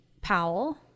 powell